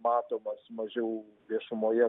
matomas mažiau viešumoje